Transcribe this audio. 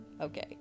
Okay